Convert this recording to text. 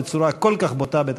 מחדד את הצורך באותו חוק,